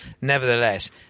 Nevertheless